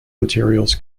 materials